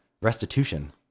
restitution